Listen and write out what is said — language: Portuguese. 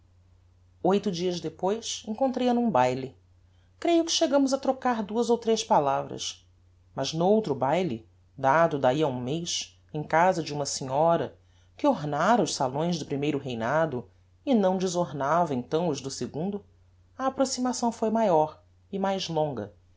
oito dias depois encontrei-a num baile creio que chegámos a trocar duas ou tres palavras mas n'outro baile dado dahi a um mez em casa de uma senhora que ornara os salões do primeiro reinado e não desornava então os do segundo a aproximação foi maior e mais longa